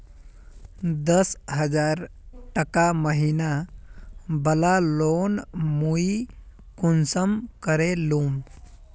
दस हजार टका महीना बला लोन मुई कुंसम करे लूम?